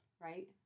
Right